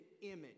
image